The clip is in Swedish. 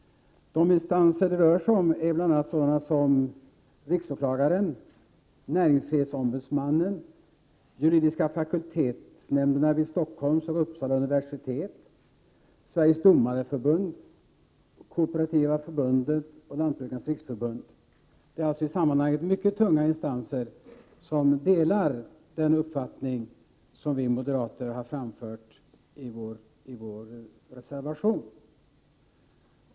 De instanser det rör sig om är bl.a. sådana som riksåklagaren, näringsfrihetsombudsmannen, juridiska fakultetshämnderna vid Stockholms och Uppsala universitet, Sveriges domarförbund, Kooperativa förbundet och Lantbrukarnas riksförbund. Det är alltså i sammanhanget mycket tunga instanser som delar den uppfattning som vi moderater har framfört i vår reservation.